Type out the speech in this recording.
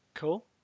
cool